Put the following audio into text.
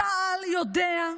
צה"ל יודע,